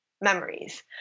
memories